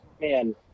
man